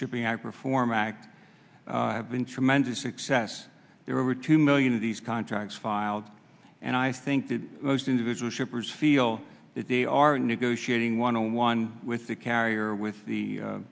shipping i perform act have been tremendous success there were two million of these contracts filed and i think that most individual shippers feel that they are negotiating one on one with the carrier with the